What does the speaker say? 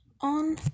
on